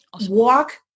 walk